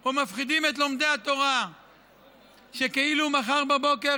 או מפחידים את לומדי התורה שכאילו מחר בבוקר,